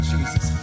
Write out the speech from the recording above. Jesus